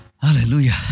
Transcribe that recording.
Hallelujah